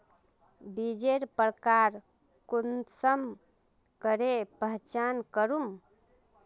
बीजेर प्रकार कुंसम करे पहचान करूम?